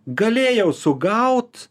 galėjau sugaut